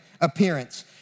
appearance